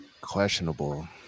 Questionable